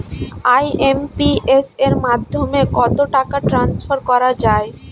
IMPS এর মাধ্যমে কত টাকা ট্রান্সফার করা যায়?